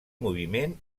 moviment